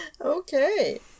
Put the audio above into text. Okay